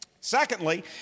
Secondly